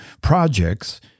projects